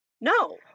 no